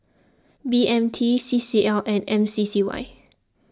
B M T C C L and M C C Y